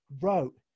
wrote